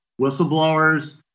whistleblowers